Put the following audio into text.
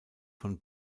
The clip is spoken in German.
von